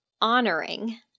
honoring